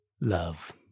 Love